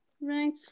right